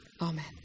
Amen